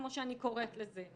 כמו שאני קוראת לזה,